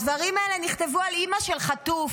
הדברים האלה נכתבו על אימא של חטוף.